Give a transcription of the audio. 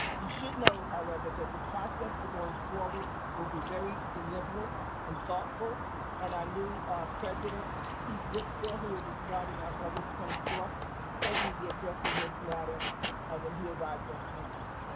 you should know however that the process for going forward will be very deliberate and thoughtful and our new president keith whitfield who will be starting on august twenty fourth will certainly be addressing this matter when he arrives on campus.